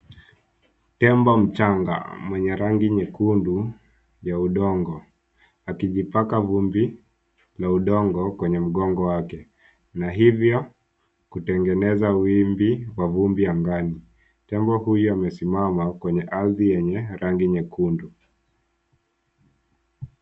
Tembo mchanga mwenye rangi nyekundu ya udongo akijipaka vumbi ya udongo kwenye mgongo wake, na hivo kutengeneza wimbi la vumbi angani. Tembo huyu amesimama kwenye ardhi yenye rangi nyekundu.